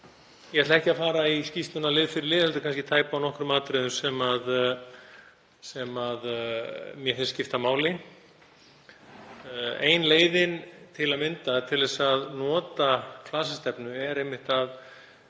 Ég ætla ekki að fara í skýrsluna lið fyrir lið heldur tæpa á nokkrum atriðum sem mér finnst skipta máli. Ein leiðin til að mynda til þess að nota klasastefnu er einmitt að